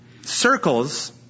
circles